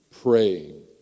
praying